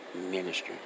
ministry